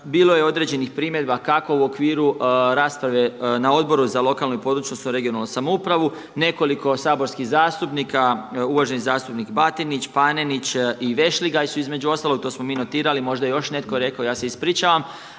bilo je određenih primjedba kako u okviru rasprave na Odboru za lokalnu i područnu odnosno regionalnu samoupravu nekoliko saborskih zastupnika, uvaženi zastupnik Batinić, Panenić i Vešligaj su između ostalog to smo mi notirali, možda je još netko rekao, ja se ispričavam.